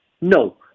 No